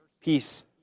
peace